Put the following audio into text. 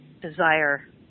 desire